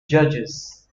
judges